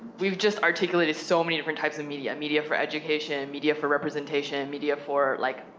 we've just articulated so many different types of media. media for education, media for representation, and media for, like,